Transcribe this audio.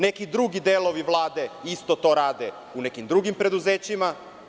Neki drugi delovi Vlade isto to rade u nekim drugim preduzećima.